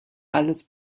alles